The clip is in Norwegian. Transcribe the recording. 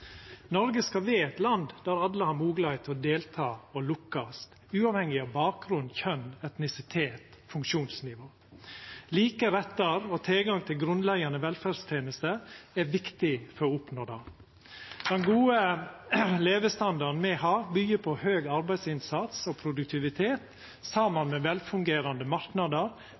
Noreg skal vera eit land der alle har moglegheit til å delta og lukkast, uavhengig av bakgrunn, kjønn, etnisitet og funksjonsnivå. Like rettar og tilgang til grunnleggjande velferdstenester er viktig for å oppnå det. Den gode levestandarden me har, byggjer på høg arbeidsinnsats og produktivitet saman med velfungerande marknader,